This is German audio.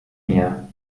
mir